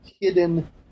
hidden